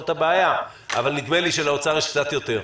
את הבעיה אבל נדמה לי שלמשרד האוצר יש קצת יותר.